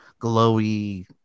glowy